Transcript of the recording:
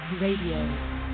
Radio